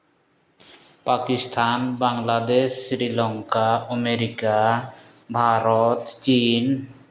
Pakistan Bangladesh Sri Lanka America Bharat ᱪᱤᱱ